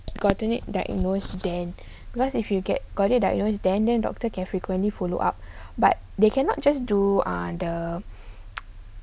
gotten it diagnosed then because if you get got it diagnosed then then doctor can frequently follow up but they cannot just do ah the